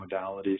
modalities